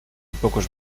pocos